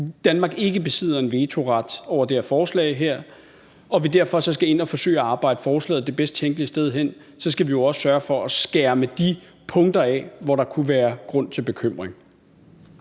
Danmark ikke besidder en vetoret i forhold til det her forslag, derfor så skal ind og forsøge at arbejde forslaget det bedst tænkelige sted hen. Så skal vi jo også sørge for at skærme de punkter af, hvor der kunne være grund til bekymring.